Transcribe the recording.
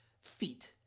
feet